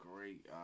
Great